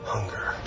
hunger